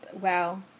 Wow